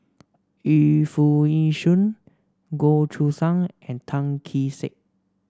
Yu Foo Yee Shoon Goh Choo San and Tan Kee Sek